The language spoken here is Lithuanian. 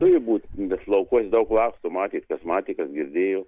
turi būt vis laukuos daug laksto matėt kas matė kas girdėjo